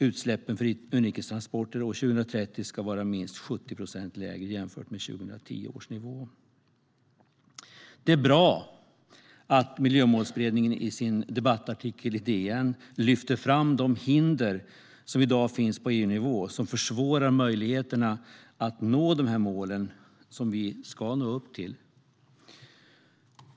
Utsläppen för inrikes transporter ska 2030 vara minst 70 procent lägre jämfört med 2010 års nivå. Det är bra att Miljömålsberedningen i sin debattartikel i Dagens Nyheter lyfter fram de hinder som i dag finns på EU-nivå och som försvårar möjligheterna att nå de mål som vi ska nå upp till.